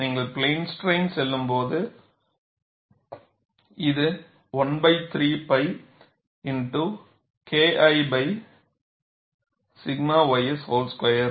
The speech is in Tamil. நீங்கள் பிளேன் ஸ்ட்ரைன் செல்லும்போது இது 1 3 pi x KI 𝛔 ys whole square